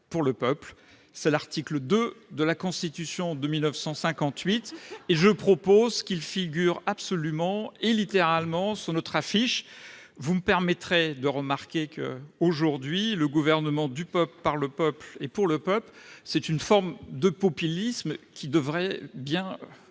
pour le peuple », conformément à l'article 2 de la Constitution de 1958 : cette mention doit absolument figurer sur notre affiche ! Vous me permettrez de remarquer qu'aujourd'hui le gouvernement du peuple, par le peuple et pour le peuple est une forme de populisme qui devrait bien